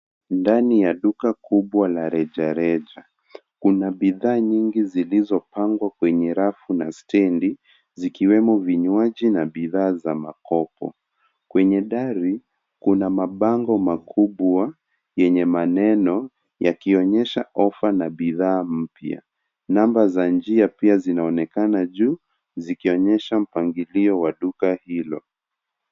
Ndani ya duka kubwa la rejareja. Kuna bidhaa nyingi zilizopangwa kwenye rafu na stendi zikiwemo vinywaji na bidhaa za makopo, Kwenye dari kuna mabango makubwa yenye maneno yakionyesha offer na bidhaa mpya. Namba za njia pia zinaonekana juu zikionyesha mpangilio wa duka hilo.